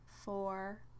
four